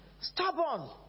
Stubborn